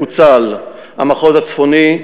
פוצל המחוז הצפוני,